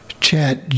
chat